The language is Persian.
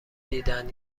دیدهاند